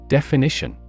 Definition